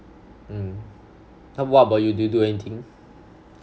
mm how about you do~ do you do anything